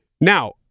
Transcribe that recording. Now